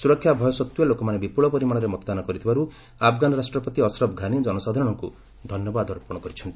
ସୁରକ୍ଷା ଭୟ ସ୍ୱଭ୍ଜ୍ୱ ଲୋକମାନେ ବିପୁଳ ପରିମାଣରେ ମତଦାନ କରିଥିବାର୍ ଆଫଗାନ୍ ରାଷ୍ଟପତି ଅସରଫ ଘାନି ଜନସାଧାରଣଙ୍କୁ ଧନ୍ୟବାଦ ଅର୍ପଣ କରିଛନ୍ତି